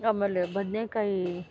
ಆಮೇಲೆ ಬದನೇಕಾಯಿ